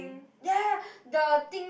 ya ya the thing